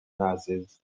nazis